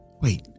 Wait